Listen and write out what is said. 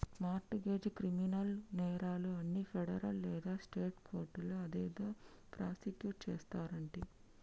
mart గెజ్, criminal నేరాలు అన్ని federal లేదా స్టేట్ కోర్టులో అదేదో ప్రాసుకుట్ చేస్తారంటి